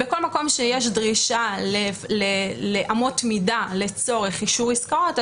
בכל מקום שיש דרישה לאמות מידה לצורך אישור עסקאות,